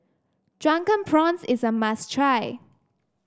Drunken Prawns is a must try